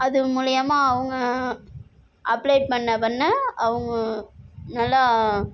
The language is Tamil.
அது மூலமா அவங்க அப்லேட் பண்ண பண்ண அவங்க நல்லா